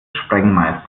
sprengmeisters